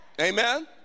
Amen